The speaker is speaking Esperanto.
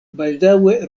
baldaŭe